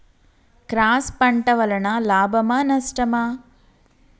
Cross పంట వలన లాభమా నష్టమా?